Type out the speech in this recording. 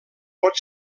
pot